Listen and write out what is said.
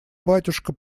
батюшка